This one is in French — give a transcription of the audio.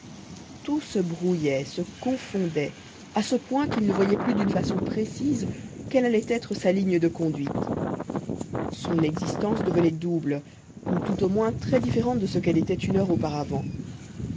tout se brouillait se confondait à ce point qu'il ne voyait plus d'une façon précise quelle allait être sa ligne de conduite son existence devenait double ou tout au moins très différente de ce qu'elle était une heure auparavant